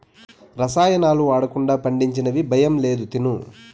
రసాయనాలు వాడకుండా పండించినవి భయం లేదు తిను